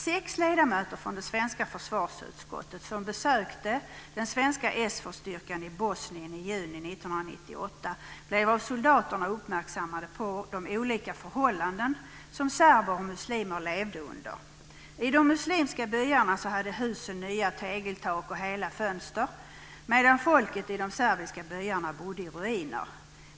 Sex ledamöter från det svenska försvarsutskottet som besökte den svenska SFOR styrkan i Bosnien i juni 1998 blev av soldaterna uppmärksammade på de olika förhållanden som serber och muslimer levde under. I de muslimska byarna hade husen nya tegeltak och hela fönster medan folket i de serbiska byarna bodde i ruiner.